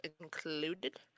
included